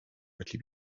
felly